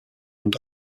und